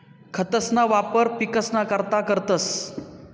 खतंसना वापर पिकसना करता करतंस